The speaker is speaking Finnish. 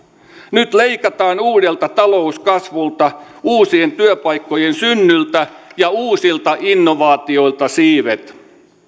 nyt leikataan uudelta talouskasvulta uusien työpaikkojen synnyltä ja uusilta innovaatioilta siivet